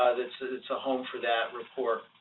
it's a home for that report.